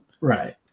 Right